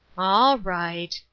all right,